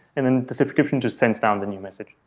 and then the subscription just sends down the new message